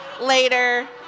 later